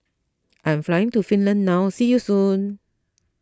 I'm flying to Finland now see you soon